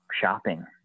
shopping